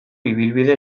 ibilbide